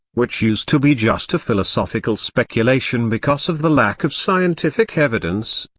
which used to be just a philosophical speculation because of the lack of scientific evidence,